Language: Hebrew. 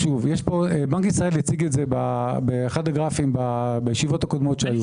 בנק ישראל הציג את זה באחד הגרפים בישיבות הקודמות.